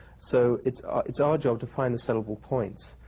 so it's it's our job to find the sellable points.